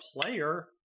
player